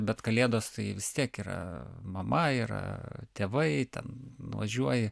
bet kalėdos tai vis tiek yra mama yra tėvai ten nuvažiuoji